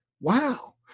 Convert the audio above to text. Wow